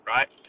Right